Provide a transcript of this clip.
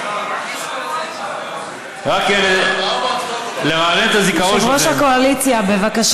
רק לרענן את הזיכרון שלכם.